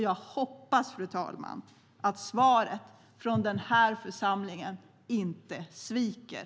Jag hoppas, fru talman, att svaret från den här församlingen inte sviker.